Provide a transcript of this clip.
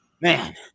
Man